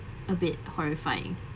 a bit horrifying